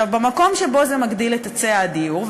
במקום שבו זה מגדיל את היצע הדיור,